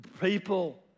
people